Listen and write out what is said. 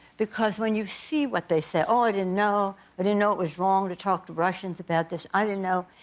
because when you see what they say oh, i didn't know, i but didn't know it was wrong to talk to russians about this, i didn't know,